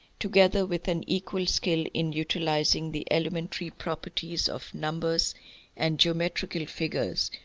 together with an equal skill in utilising the elementary properties of numbers and geometrical figures,